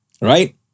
right